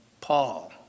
Paul